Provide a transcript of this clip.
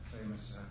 famous